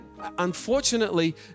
unfortunately